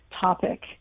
topic